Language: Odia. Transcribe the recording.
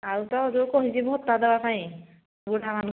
ଆଉ ତ ଯୋଉ କହିଛି ଭତ୍ତା ଦେବା ପାଇଁ ବୁଢ଼ାମାନଙ୍କୁ